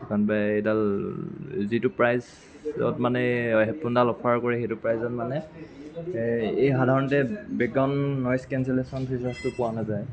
কাৰণ এউডাল যিটো প্ৰাইচত মানে হেডফোনডাল অফাৰ কৰে সেইটো প্ৰাইচত মানে এই ই সাধাৰণতে বেকগ্ৰাউণ নইজ কেনচেলেশ্যন ফিচাৰ্ছটো পোৱা নাযায়